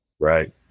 Right